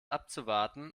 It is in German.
abzuwarten